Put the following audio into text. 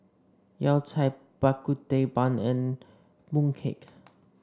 Yao Cai Bak Kut Teh bun and mooncake